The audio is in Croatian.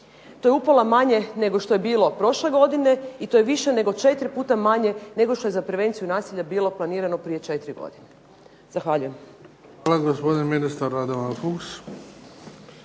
To je upola manje nego što je bilo prošle godine i to je više nego 4 puta manje nego što je za prevenciju nasilja bilo planirano prije 4 godine. Zahvaljujem. **Bebić, Luka (HDZ)** Hvala. Gospodin ministar, Radovan Fuchs.